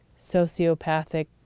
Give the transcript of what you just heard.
sociopathic